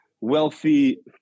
wealthy